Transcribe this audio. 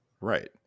right